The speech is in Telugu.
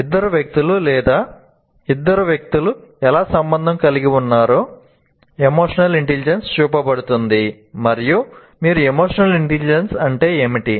ఇద్దరు వ్యక్తులు లేదా ఇద్దరు వ్యక్తులు ఎలా సంబంధం కలిగి ఉన్నారో ఎమోషనల్ ఇంటెలిజెన్స్ చూపబడుతుంది మరియు మీరు 'ఎమోషనల్ ఇంటెలిజెన్స్ అంటే ఏమిటి